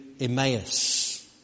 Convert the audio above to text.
Emmaus